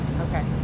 Okay